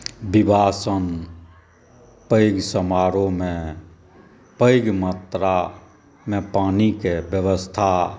विवाह सन पैघ समारोहमे पैघ मात्रामे पानिके व्यवस्था